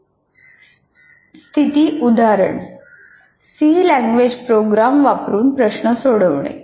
स्थिती उदाहरण C language program वापरून प्रश्न सोडवणे